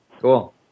Cool